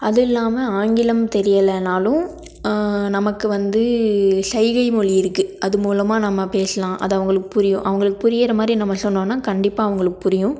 அதுவும் இல்லாமல் ஆங்கிலம் தெரியலனாலும் நமக்கு வந்து ஷைகை மொழி இருக்குது அது மூலமாக நம்ம பேசலாம் அது அவங்களுக்கு புரியும் அவங்களுக்கு புரியுற மாதிரி நம்ம சொன்னோம்னா கண்டிப்பாக அவங்களுக்கு புரியும்